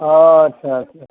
অঁ আচ্ছা আচ্ছা